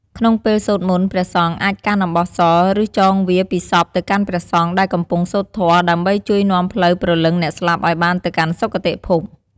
ក្នុងពេលសូត្រមន្ត ព្រះសង្ឃអាចកាន់អំបោះស ឬចងវាពីសពទៅកាន់ព្រះសង្ឃដែលកំពុងសូត្រធម៌ ដើម្បីជួយនាំផ្លូវព្រលឹងអ្នកស្លាប់ឱ្យបានទៅកាន់សុគតិភព។